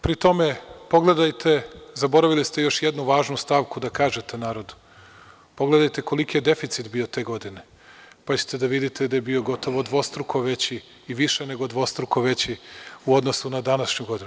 Pri tome, pogledajte, zaboravili ste još jednu važnu stavku da kažete narodu, koliki je deficit bio te godine, pa ćete da vidite da je bio gotovo dvostruko veći i više nego dvostruko veći u odnosu na današnju godinu.